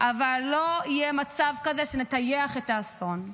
אבל לא יהיה מצב כזה שנטייח את האסון.